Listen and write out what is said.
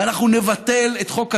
ואנחנו נבטל את חוק הג'ובים,